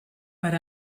per